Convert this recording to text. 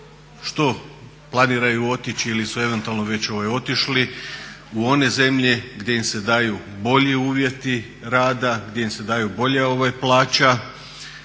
koji planiraju otići ili su eventualno već otišli u one zemlje gdje im se daju bolji uvjeti rada, gdje im je bolja plaća